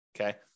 okay